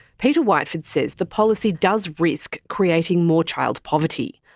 peter whiteford says the policy does risk creating more child poverty.